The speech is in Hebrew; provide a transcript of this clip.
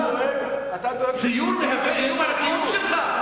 אתה דואג, ציור מהווה איום על הקיום שלך?